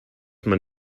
man